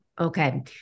Okay